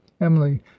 Emily